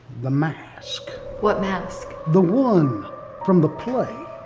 the mask. what mask? the one from the play.